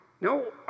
No